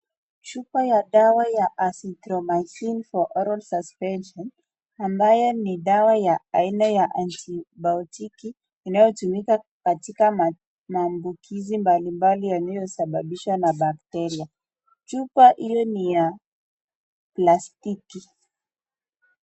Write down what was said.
Chupa ya dawa ya Azithromycin for oral suspension ambayo ni dawa ya aina ya (cs)antibiotiki(cs) inayotumika katika maambukizi mbalimbali yanayosababishwa na bakteria. Chupa hiyo ni ya plastiki.